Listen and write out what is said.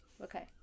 okay